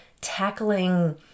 tackling